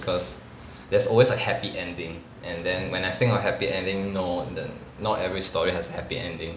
because there's always a happy ending and then when I think of happy ending no the not every story has a happy ending